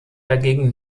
dagegen